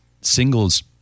singles